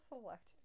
select